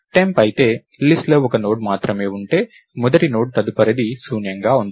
temp అయితే list లో ఒక నోడ్ మాత్రమే ఉంటే మొదటి నోడ్ తదుపరిది శూన్యంగా ఉంటుంది